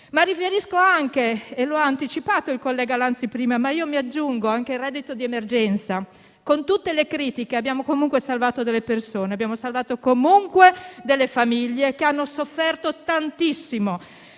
Mi riferisco anche - l'ha anticipato il collega Lanzi, ma mi aggiungo - al reddito di emergenza: con tutte le critiche, abbiamo comunque salvato delle persone e delle famiglie che hanno sofferto tantissimo